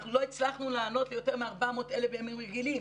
אנחנו לא הצלחנו לענות ליותר מ-400,000 בימים רגילים,